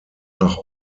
nach